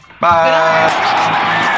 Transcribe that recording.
Bye